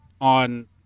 on